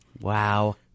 Wow